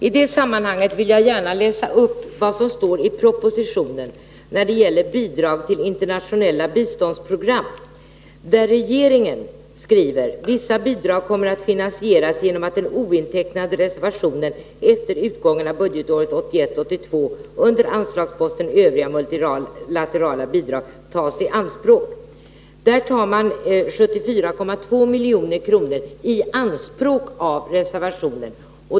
I det sammanhanget vill jag gärna läsa upp vad som står i propositionen när det gäller bidrag till internationella biståndsprogram, där regeringen skriver: ”Vissa bidrag kommer att finansieras genom att den ointecknade reservationen efter utgången av budgetåret 1981/82 under anslagsposten Övriga multilaterala bidrag tas i anspråk.” Där tar man 74,2 milj.kr. i anspråk av reservationen.